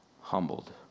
humbled